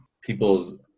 people's